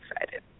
excited